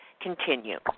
continue